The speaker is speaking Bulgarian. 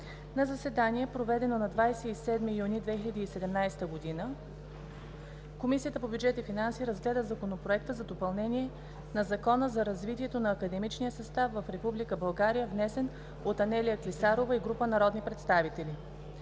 На заседание, проведено на 27 юни 2017 г., Комисията по бюджет и финанси разгледа Законопроекта за допълнение на Закона за развитието на академичния състав в Република България, внесен от Анелия Клисарова и група народни представители.